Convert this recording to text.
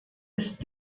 ist